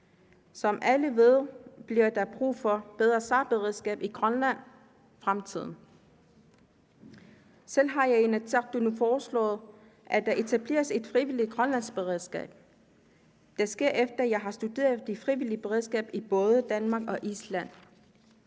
Som alle ved, bliver der brug for et bedre SAR-beredskab i Grønland i fremtiden. Selv har jeg i Inatsisartut foreslået, at der etableres et frivilligt grønlandsk beredskab. Det er sket, efter at jeg har studeret det frivillige beredskab i både Danmark og Island.